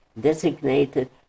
designated